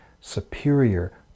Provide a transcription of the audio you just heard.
superior